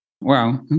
Wow